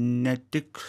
ne tik